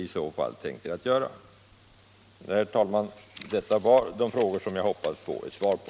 Detta var, herr talman, de frågor jag hoppas att få svar på.